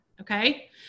okay